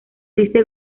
dice